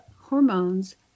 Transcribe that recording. hormones